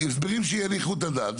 הסברים שיניחו את הדעת.